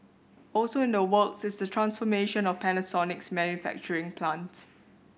also in the works is the transformation of Panasonic's manufacturing plant